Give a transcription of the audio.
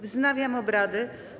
Wznawiam obrady.